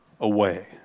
away